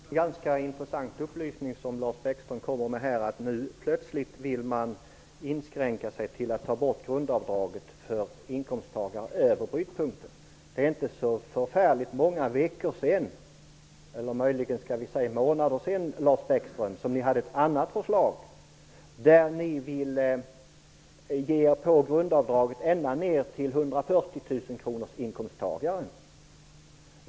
Herr talman Det var en ganska intressant upplysning som Lars Bäckström nu lämnade. Man vill nu helt plötsligt inskränka sig till att avskaffa grundavdraget för inkomsttagare över brytpunkten. Det är inte så särskilt många veckor eller möjligen månader sedan, Lars Bäckström, som ni hade ett annat förslag. Ni ville ge er på grundavdrag för så många som ned till 140 000 kronorsinkomsttagaren.